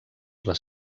les